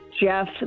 Jeff